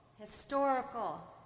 historical